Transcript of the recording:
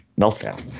meltdown